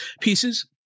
pieces